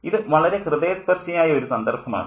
ഇത് വളരെ ഹൃദയസ്പർശിയായ ഒരു സന്ദർഭമാണ്